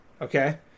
Okay